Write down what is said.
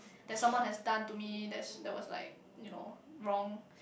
that someone has done to me that's that was like you know wrong